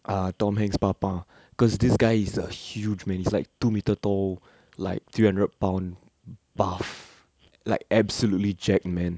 uh tom hanks பாப்பா:paapa cause this guy is a huge man he's like two meter tall like three hundred pound buff like absolutely jack man